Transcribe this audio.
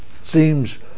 seems